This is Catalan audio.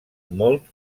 molt